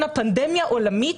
פנדמיה עולמית,